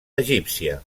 egípcia